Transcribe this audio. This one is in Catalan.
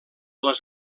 les